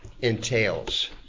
entails